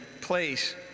place